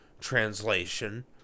translation